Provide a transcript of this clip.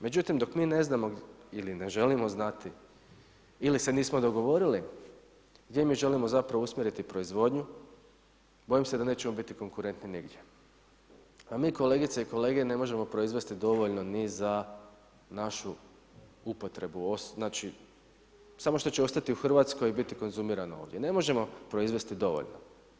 Međutim, dok me ne znamo ili ne želimo znati ili se nismo dogovorili gdje mi želimo zapravo usmjeriti proizvodnju bojim se da nećemo biti konkurentni nigdje, a mi kolegice i kolege ne možemo proizvesti dovoljno ni za našu upotrebu znači, samo što će ostati u Hrvatskoj i konzumirano ovdje ne možemo proizvesti dovoljno.